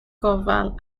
gofal